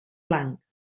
blanc